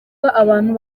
abantu